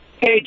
Hey